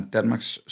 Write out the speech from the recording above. Danmarks